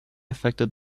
affected